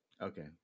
Okay